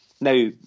now